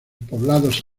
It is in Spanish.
poblados